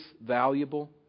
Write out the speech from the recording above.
valuable